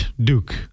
Duke